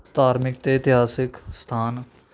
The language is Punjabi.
ਧਾਰਮਿਕ ਅਤੇ ਇਤਿਹਾਸਿਕ ਸਥਾਨ